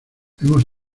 hemos